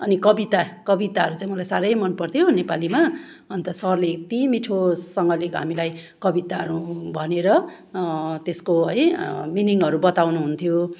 अनि कविता कविताहरू चाहिँ मलाई साह्रै मन पर्थ्यो नेपालीमा अन्त सरले यति मिठोसँगले हामीलाई कविताहरू भनेर त्यसको है मिनीङहरू बताउनु हुन्थ्यो